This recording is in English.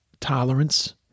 tolerance